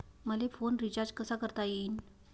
मले phone recharge कसा करता येईन?